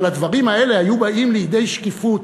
אבל הדברים האלה היו באים לידי שקיפות.